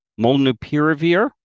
Molnupiravir